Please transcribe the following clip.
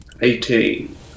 eighteen